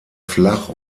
flach